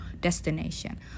destination